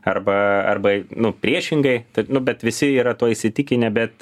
arba arba nu priešingai nu bet visi yra tuo įsitikinę bet